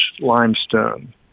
limestone